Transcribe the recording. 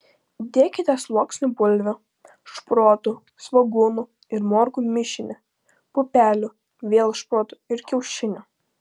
dėkite sluoksnį bulvių šprotų svogūnų ir morkų mišinį pupelių vėl šprotų ir kiaušinių